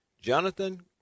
Jonathan